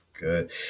Good